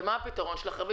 מה הפתרון שלך?